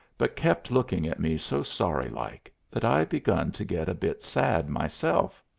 but kept looking at me so sorry-like that i begun to get a bit sad myself.